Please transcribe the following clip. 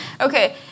Okay